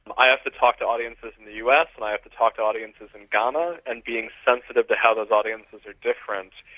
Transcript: i have to talk to audiences in the us and i have to talk to audiences in ghana, and being sensitive to how those audiences are different.